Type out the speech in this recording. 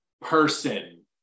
person